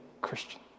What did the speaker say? Christian